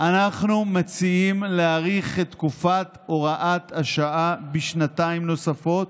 אנחנו מציעים להאריך את תקופת הוראת השעה בשנתיים נוספות